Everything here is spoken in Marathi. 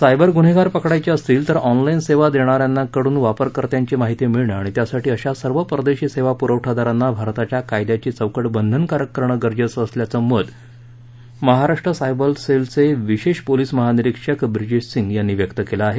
सायबर गुन्हेगार पकडायचे असतील तर ऑनलाईन सेवा देणाऱ्यांकडून वापरकर्त्याची माहिती मिळणं आणि त्यासाठी अशा सर्व परदेशी सेवा पुरवठादारांना भारताच्या कायद्याची चौकट बंधकारक करणं गरजेचं असल्याचं मत महाराष्ट्र सायबर सेलचे विशेष पोलीस महानिरीक्षक ब्रिजेश सिंग यांनी व्यक्त केलं आहे